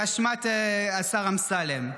כן, ירון לוי טען שזה באשמת השר אמסלם.